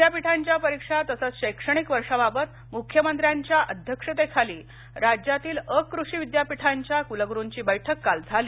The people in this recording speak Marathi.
विद्यापीठांच्या परीक्षा तसंच शैक्षणिक वर्षाबाबत मुख्यमंत्र्यांच्या अध्यक्षतेखाली राज्यातील अकृषी विद्यापीठांच्या कुलगुरूची बैठक काल झाली